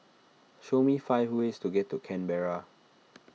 show me five ways to get to Canberra